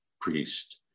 priest